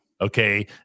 okay